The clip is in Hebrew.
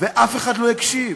ואף אחד לא הקשיב.